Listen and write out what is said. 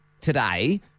today